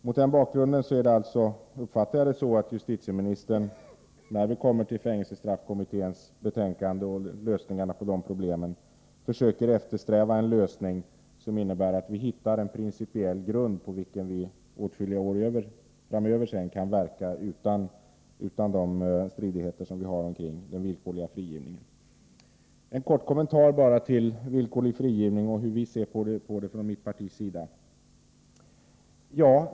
Mot den bakgrunden uppfattar jag det så att justitieministern, när det blir dags att behandla fängelsestraffkommitténs betänkande med förslag till lösningar på de här problemen, skall försöka eftersträva en lösning som innebär att vi hittar en principiell grund på vilken vi åtskilliga år framöver kan verka, utan stridigheter av det slag som nu förekommer då det gäller den villkorliga frigivningen. En kort kommentar bara om hur vi från mitt partis sida ser på villkorlig frigivning.